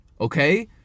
okay